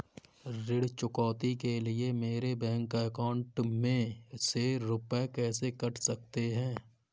ऋण चुकौती के लिए मेरे बैंक अकाउंट में से रुपए कैसे कट सकते हैं?